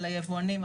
על היבואנים,